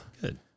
Good